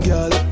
Girl